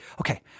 Okay